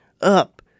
up